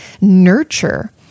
nurture